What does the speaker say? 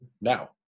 now